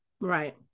Right